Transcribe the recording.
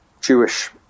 Jewish